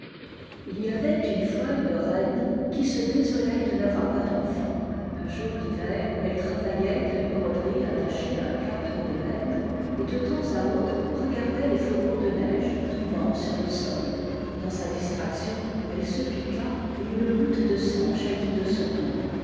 il y avait une fois une reine qui se désolait de n avoir pas d'enfants un jour d'hiver elle travaillait à une broderie attachée à un cadre d'ébène et de temps à autre regardait les flocons de neige tombant sur le sol dans sa distraction elle se piqua et une goutte de sang jaillit de son doigt